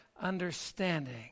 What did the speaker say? understanding